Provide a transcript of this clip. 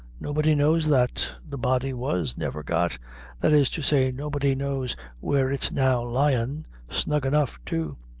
nobody knows that the body was never got that is to say nobody knows where it's now lyin', snug enough too.